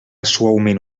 suaument